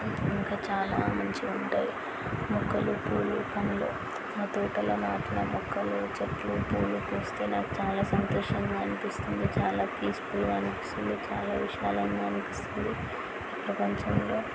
ఇంకా చాలా మంచిగా ఉంటాయి మొక్కలు పూలు పండ్లు మా తోటలో నాటిన మొక్కలు చెట్లు పూలు పూస్తే నాకు చాలా సంతోషంగా అనిపిస్తుంది చాలా పీస్ఫుల్గా అనిపిస్తుంది చాలా విశాలంగా అనిపిస్తుంది ప్రపంచంలో